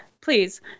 please